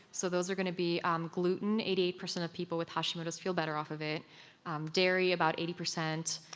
so those are going to be um gluten, eighty eight percent of people with hashimoto's feel better off of it dairy, about eighty percent.